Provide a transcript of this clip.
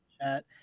chat